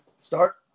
start